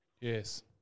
Yes